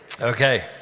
Okay